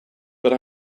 but